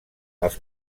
els